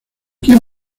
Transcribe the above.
quién